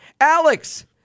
Alex